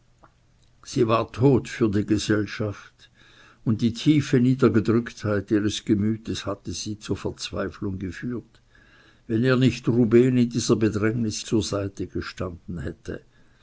sie war tot für die gesellschaft und die tiefe niedergedrücktheit ihres gemüts hätte sie zur verzweiflung geführt wenn ihr nicht rubehn in dieser bedrängnis zur seite gestanden hätte